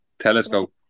Telescope